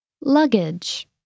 Luggage